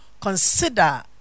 consider